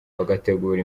bagategura